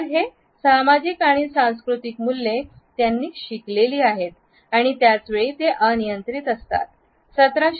तर हे सामाजिक आणि सांस्कृतिक मूल्ये त्यांनी शिकलेली आहेत आणि त्याच वेळी ते अनियंत्रित असतात